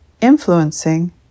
influencing